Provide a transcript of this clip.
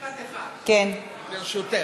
משפט אחד, ברשותך.